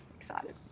Excited